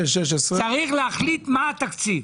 צריך להחליט מה התקציב.